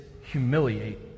humiliate